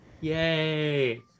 Yay